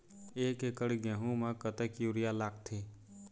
एक एकड़ गेहूं म कतक यूरिया लागथे?